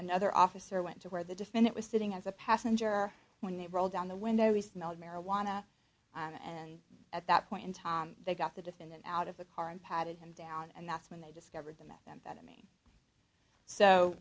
another officer went to where the defendant was sitting as a passenger when they rolled down the window he smelled marijuana and at that point in time they got the defendant out of the car and patted him down and that's when they discovered the methamphetamine so